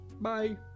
Bye